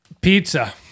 Pizza